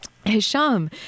Hisham